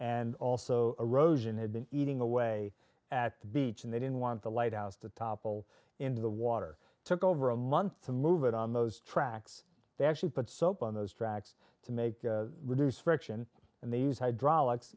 and also erosion had been eating away at the beach and they didn't want the lighthouse to topple into the water took over a month to move it on those tracks they actually put soap on those tracks to make reduce friction and these hydraulics